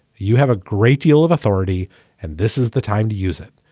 you have a great deal of authority and this is the time to use it.